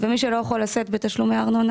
ומי שלא יכול לשאת בתשלומי ארנונה